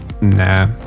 Nah